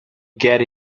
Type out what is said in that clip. get